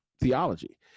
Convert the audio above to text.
theology